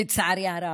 לצערי הרב.